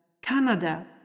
Canada